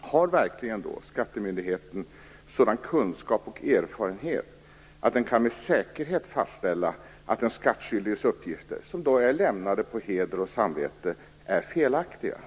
Har verkligen skattemyndigheten sådan kunskap och erfarenhet att den med säkerhet kan fastställa att den skattskyldiges uppgifter - som är lämnade på heder och samvete - är felaktiga?